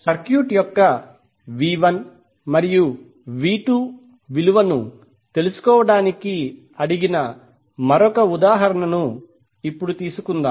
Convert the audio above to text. circuit యొక్క మరియు విలువను తెలుసుకోవడానికి అడిగిన మరొక ఉదాహరణను ఇప్పుడు తీసుకుందాం